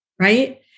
right